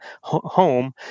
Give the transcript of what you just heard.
home